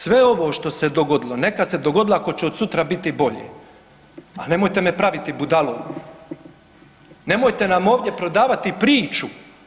Sve ovo što se dogodilo neka se dogodilo ako će od sutra biti bolje, al nemojte me praviti budalom, nemojte nam ovdje prodavati priču.